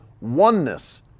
oneness